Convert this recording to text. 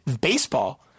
baseball